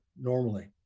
normally